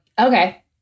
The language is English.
okay